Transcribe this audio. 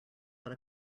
what